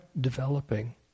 developing